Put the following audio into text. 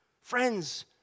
Friends